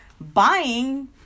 buying